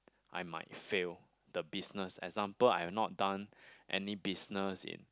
I might fail the business example I've not done any business in